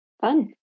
Fun